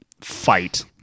fight